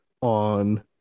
on